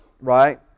right